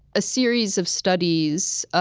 a series of studies, ah